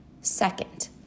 Second